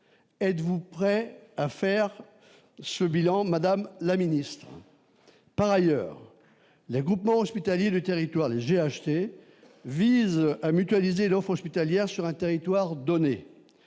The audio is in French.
êtes-vous prêt à faire ce bilan Madame la Ministre, par ailleurs, les Groupements hospitaliers les territoires j'acheté vise à mutualiser l'offre hospitalière sur un territoire donné,